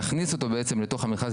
להכניס אותו בעצם לתוך המכרז,